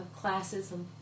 classism